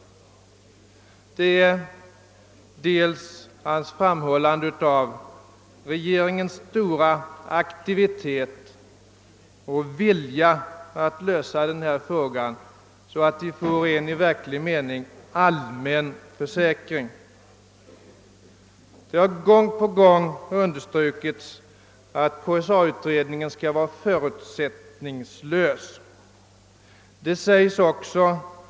Herr Bengtsson i Varberg framhöll regeringens stora aktivitet och vilja att lösa denna fråga så att vi får en i verklig mening allmän försäkring. Det har gång på gång understrukits att KSA utredningen skall vara förutsättningslös.